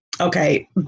okay